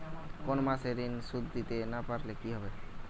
কোন মাস এ ঋণের সুধ দিতে না পারলে কি হবে?